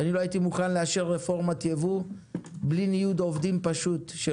ואני לא הייתי מוכן לאשר רפורמת ייבוא בלי ניוד עובדים פשוט של